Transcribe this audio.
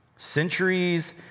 Centuries